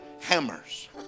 hammers